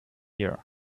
here